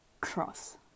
cross